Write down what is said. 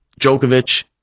Djokovic